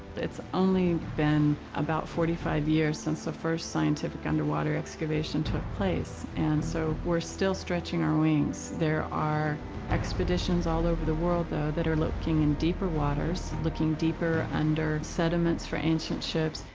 it's only been about forty five years since the first scientific underwater excavation took place, and so we're still stretching our wings. there are expeditions all over the world, though, that are looking in deeper waters, looking deeper under sediments for ancient ships,